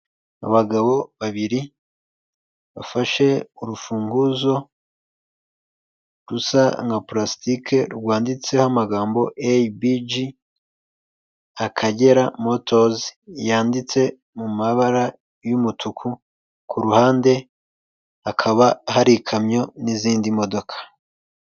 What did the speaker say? Abagabo babiri bafashe urufunguzo rusa nka pulasitike rwanditseho amagambo eyibiji Akagera motozi yanditse mu mabara y'umutuku, ku ruhande hakaba hari ikamyo n'izindi modoka.